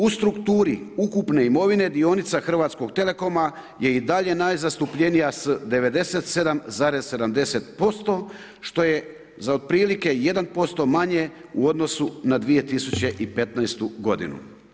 U strukturi ukupne imovine, dionica Hrvatskog telecoma je i dalje najzastupljenija s 97,70%, što je za otprilike 1% manje u odnosu na 2015. godinu.